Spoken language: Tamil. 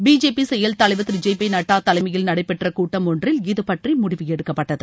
பிஜேபி செயல்தலைவர் திரு ஜே பி நட்டா தலைமையில் நடைபெற்ற கூட்டம் ஒன்றில் இதபற்றி முடிவு எடுக்கப்பட்டது